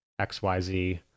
xyz